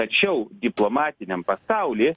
tačiau diplomatiniam pasauly